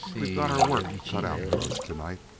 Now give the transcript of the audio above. we've got our work cut out for us to-night.